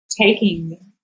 taking